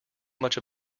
much